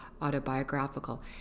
autobiographical